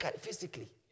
physically